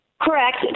Correct